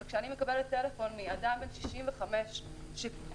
וכשאני מקבלת טלפון מאדם בן 65 שפוטר,